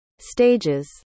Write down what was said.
stages